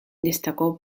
destacó